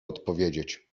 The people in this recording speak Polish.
odpowiedzieć